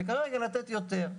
וכרגע לתת יותר.